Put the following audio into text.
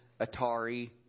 Atari